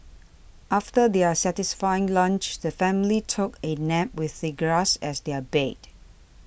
after their satisfying lunch the family took a nap with the grass as their bed